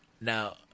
Now